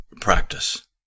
practice